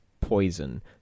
poison